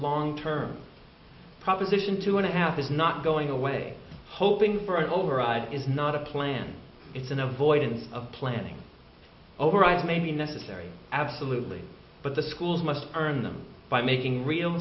long term proposition two and a half is not going away hoping for an override is not a plan it's in the void of planning override may be necessary absolutely but the schools must earn them by making real